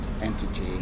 entity